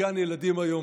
היום